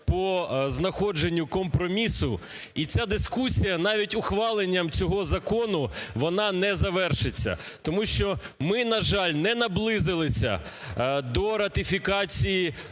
по знаходженню компромісу. І ця дискусія навіть ухваленням цього закону, вона не завершиться. Тому що ми, на жаль, не наблизилися до ратифікації